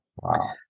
Wow